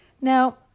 Now